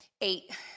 eight